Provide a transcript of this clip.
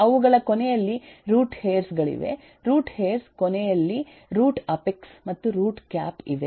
ಅವುಗಳ ಕೊನೆಯಲ್ಲಿ root hairs ಗಳಿವೆ ರೂಟ್ ಹೇರ್ಸ್ ಕೊನೆಯಲ್ಲಿ ರೂಟ್ ಅಪೆಕ್ಸ್ ಮತ್ತು ರೂಟ್ ಕ್ಯಾಪ್ ಇವೆ